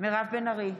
מירב בן ארי,